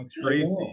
Tracy